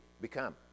become